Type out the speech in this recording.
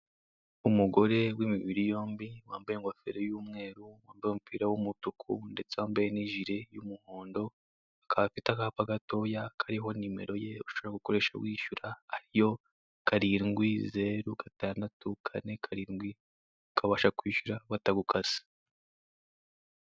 Umugore w'imibiri yombi wambaye ingofero y'umweru, umupira w'umutuku ndetse wambaye n'ijire y'umuhondo. Akaba afite akapa gatoya kariho nimero ye ushobora gukoresha wishyura ari yo; karindwi, zeru, gatandatu, kane karindwi ukabasha kwishyura batagukase.